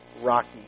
rocky